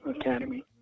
Academy